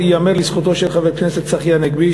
ייאמר לזכותו של חבר הכנסת צחי הנגבי,